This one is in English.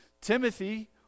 Timothy